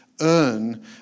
earn